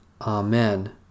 Amen